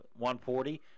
140